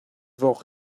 vok